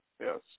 Yes